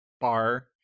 bar